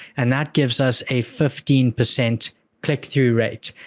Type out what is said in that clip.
and that gives us a fifteen percent click-through rate.